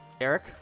Eric